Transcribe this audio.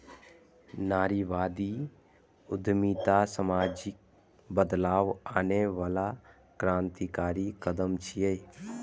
नारीवादी उद्यमिता सामाजिक बदलाव आनै बला क्रांतिकारी कदम छियै